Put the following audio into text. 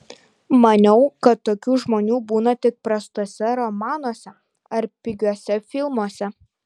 maniau kad tokių žmonių būna tik prastuose romanuose ar pigiuose filmuose